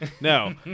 no